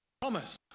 promise